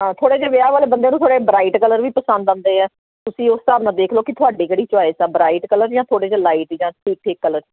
ਹਾਂ ਥੋੜ੍ਹਾ ਜਿਹਾ ਵਿਆਹ ਵਾਲੇ ਬੰਦੇ ਨੂੰ ਥੋੜ੍ਹੇ ਬਰਾਈਟ ਕਲਰ ਵੀ ਪਸੰਦ ਆਉਂਦੇ ਆ ਤੁਸੀਂ ਉਸ ਹਿਸਾਬ ਨਾਲ ਦੇਖ ਲਓ ਕਿ ਤੁਹਾਡੀ ਕਿਹੜੀ ਚੋਇਸ ਤਾਂ ਬਰਾਈਟ ਕਲਰ ਜਾਂ ਥੋੜ੍ਹੇ ਜਿਹੇ ਲਾਈਟ ਜਾਂ ਠੀਕ ਠੀਕ ਕਲਰ